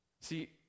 See